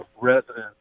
residents